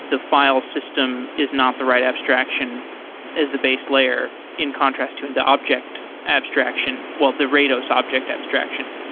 the file system is not the right abstraction as the base layer in contract to and the object abstraction, well, the rados object abstraction.